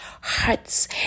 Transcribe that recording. hearts